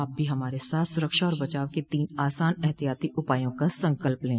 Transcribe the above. आप भी हमारे साथ सुरक्षा और बचाव के तीन आसान एहतियाती उपायों का संकल्प लें